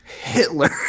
Hitler